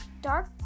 dark